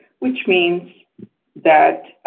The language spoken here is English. which means that